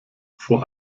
vor